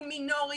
הוא מינורי.